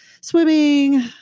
swimming